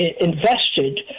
invested